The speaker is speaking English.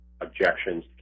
objections